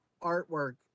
artwork